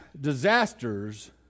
disasters